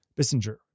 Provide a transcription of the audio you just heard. Bissinger